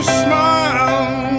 smile